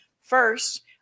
first